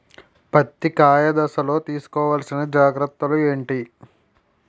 పత్తి కాయ దశ లొ తీసుకోవల్సిన జాగ్రత్తలు ఏంటి?